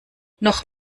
noch